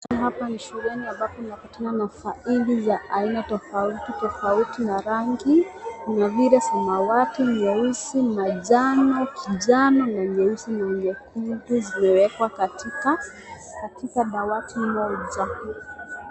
Hapa ni shuleni ambapo nakutana na faili za aina tofauti tofauti na rangi kama vile; samawati , nyeusi, majano, kijani na nyeusi na nyekundu zimewekwa katika dawati moja.